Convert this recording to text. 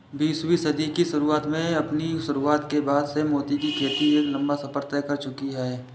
बीसवीं सदी की शुरुआत में अपनी शुरुआत के बाद से मोती की खेती एक लंबा सफर तय कर चुकी है